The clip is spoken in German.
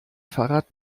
fahrrad